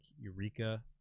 Eureka